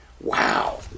Wow